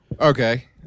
Okay